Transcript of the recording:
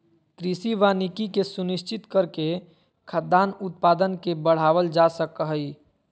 कृषि वानिकी के सुनिश्चित करके खाद्यान उत्पादन के बढ़ावल जा सक हई